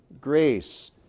grace